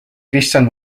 kristjan